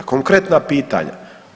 Konkretna pitanja.